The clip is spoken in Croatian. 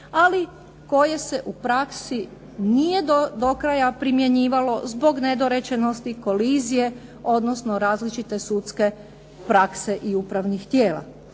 ali koje se u praksi nije do kraja primjenjivalo zbog nedorečenosti, kolizije, odnosno različite sudske prakse i upravnih tijela.